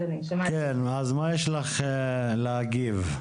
מה תגובתך?